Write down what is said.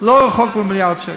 לא רחוק ממיליארד שקל.